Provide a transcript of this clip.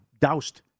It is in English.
doused